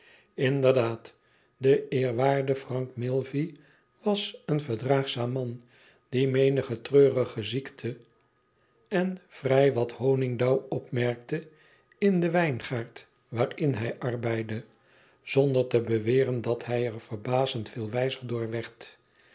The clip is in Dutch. inderdaad de eerwaarde frank milvey was een verdraagzaam man die menige treurige ziekte en vrij wat honigdauw opmerkte m den wijngaard waarin hij arbeidde zonder te beweren dat hij er verbazend veel wijzer door werd